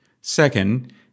Second